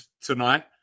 tonight